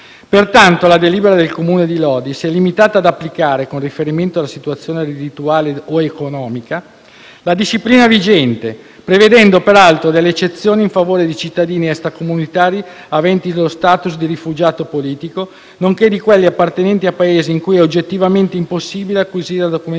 Pertanto, la delibera del Comune di Lodi si è limitata da applicare, con riferimento alla situazione reddituale o economica, la disciplina vigente, prevedendo peraltro delle eccezioni in favore di cittadini extracomunitari aventi lo *status* di rifugiato politico, nonché di quelli appartenenti a Paesi in cui è oggettivamente impossibile acquisire la documentazione